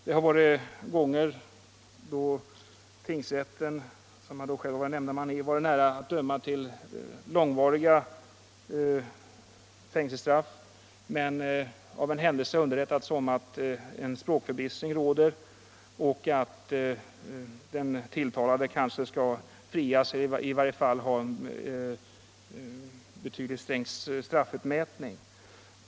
Det har funnits tillfällen då tingsrätten, som jag är nämndeman i, har varit nära att döma till långvariga fängelsestraff men av en händelse underrättats om att språkförbistring råder och att den åtalade kanske borde frias eller i varje fall få en betydligt sänkt straffutmätning.